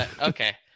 Okay